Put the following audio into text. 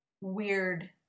weird